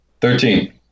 Thirteen